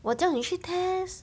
我叫你去 test